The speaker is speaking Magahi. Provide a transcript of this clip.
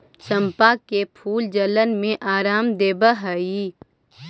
चंपा का फूल जलन में आराम देवअ हई